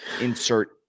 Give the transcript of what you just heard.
Insert